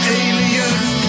aliens